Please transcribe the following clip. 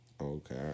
Okay